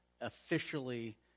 officially